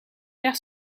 père